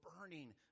burning